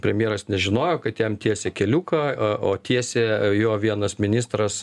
premjeras nežinojo kad jam tiesė keliuką o tiesė jo vienas ministras